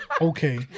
Okay